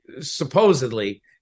supposedly